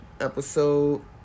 episode